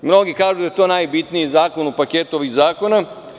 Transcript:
Mnogi kažu da je to najbitniji zakon u paketu ovih zakona.